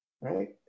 Right